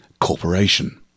Corporation